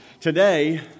Today